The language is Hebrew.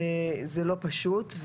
זה לא פשוט.